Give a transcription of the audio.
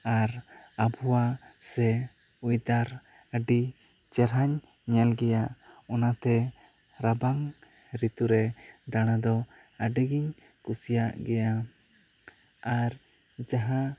ᱟᱨ ᱟᱵᱚᱣᱟᱜ ᱥᱮ ᱚᱭᱫᱟᱨ ᱟᱹᱰᱤ ᱪᱮᱨᱦᱟᱧ ᱧᱮᱞ ᱜᱮᱭᱟ ᱚᱱᱟᱛᱮ ᱨᱟᱵᱟᱝ ᱨᱤᱛᱩ ᱨᱮ ᱫᱟᱬᱟ ᱫᱚ ᱟᱹᱰᱤ ᱜᱤᱧ ᱠᱩᱥᱤᱭᱟᱜ ᱜᱮᱭᱟ ᱟᱨ ᱡᱟᱦᱟᱸ